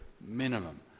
minimum